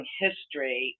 history